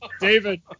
David